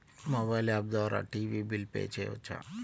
Mobile app ద్వారా TV bill pay చేయవచ్చా?